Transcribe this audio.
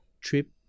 trip